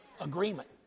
Agreement